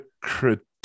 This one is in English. critique